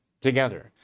together